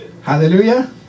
Hallelujah